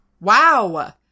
Wow